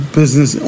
business